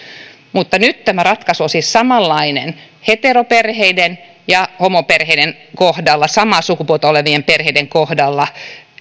nyt tämä ratkaisu on siis samanlainen heteroperheiden ja homoperheiden kohdalla samaa sukupuolta olevien perheiden kohdalla